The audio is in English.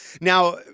now